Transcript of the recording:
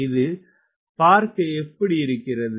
இது பார்க்க எப்படி இருக்கிறது